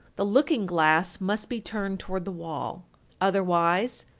the looking-glass must be turned toward the wall otherwise,